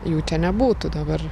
jų čia nebūtų dabar